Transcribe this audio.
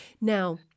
Now